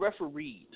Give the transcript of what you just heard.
refereed